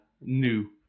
new